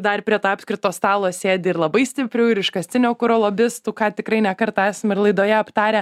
dar prie to apskrito stalo sėdi ir labai stiprių ir iškastinio kuro lobistų ką tikrai ne kartą esam ir laidoje aptarę